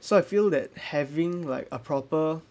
so I feel that having like a proper